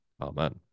Amen